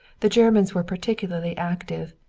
the germans were particularly active.